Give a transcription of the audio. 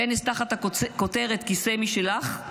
כנס תחת הכותרת "כיסא משלך".